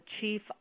chief